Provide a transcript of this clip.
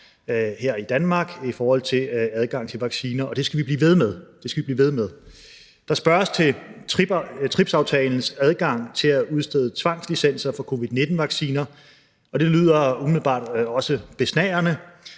her i Danmark i forhold til adgang til vacciner, og det skal vi blive ved med. Der spørges til TRIPS-aftalens adgang til at udstede tvangslicenser for covid-19-vacciner, og det lyder umiddelbart også besnærende.